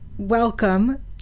Welcome